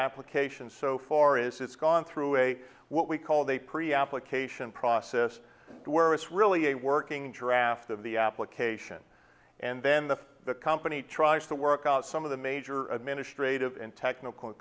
application so far is it's gone through a what we call they pre application process where it's really a working draft of the application and then the company tries to work out some of the major administrative and technical